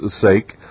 sake